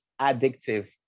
addictive